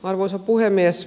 arvoisa puhemies